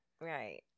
right